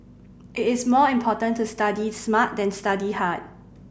it is more important to study smart than study hard